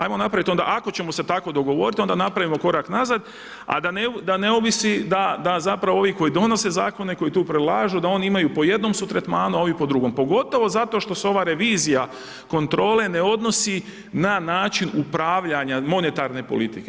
Ajmo napraviti onda, ako ćemo se tako dogovoriti, onda napravimo korak nazad, a da ne ovisi da zapravo ovi koji donose zakone, koji tu predlažu, da oni imaju, po jednom su tretmanu, a ovi po drugom, pogotovo zato što se ova revizija kontrole ne odnosi na način upravljanja monetarne politike.